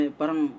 parang